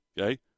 Okay